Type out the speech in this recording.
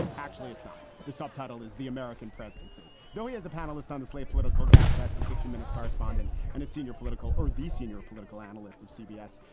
actually, it's not. the subtitle is the american presidency, though. he is a panelist on the slate political gabfest, the sixty minutes correspondent and a senior political or senior political analyst of cbs.